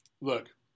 Look